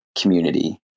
community